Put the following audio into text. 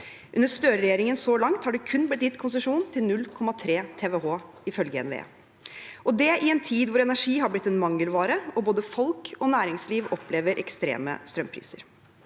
Under Støre-regjeringen så langt har det ifølge NVE kun blitt gitt konsesjon til 0,3 TWh – og det i en tid hvor energi har blitt en mangelvare og både folk og næringsliv opplever ekstreme strømpriser.